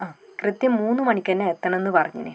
ആ കൃത്യം മൂന്നു മണിക്ക് തന്നെ എത്തണമെന്ന് പറഞ്ഞീന്